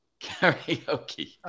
Karaoke